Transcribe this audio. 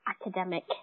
academic